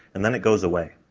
and then it goes away.